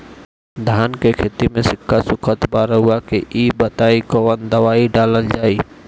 धान के खेती में सिक्का सुखत बा रउआ के ई बताईं कवन दवाइ डालल जाई?